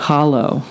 Hollow